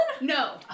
No